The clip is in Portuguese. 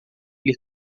ele